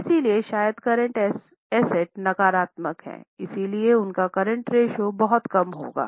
इसलिए शायद current asset नकारात्मक है इसलिए उनका करंट रेश्यो बहुत कम होगा